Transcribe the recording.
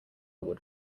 wood